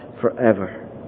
forever